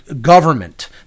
government